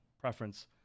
preference